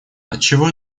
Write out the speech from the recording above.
отчего